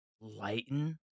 Lighten